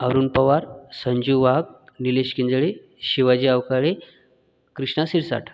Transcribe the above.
Arun Pawar Sanjeev Wagh Nilesh Kinjale Shivaji Avkale Krishna Shirsath